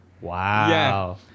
Wow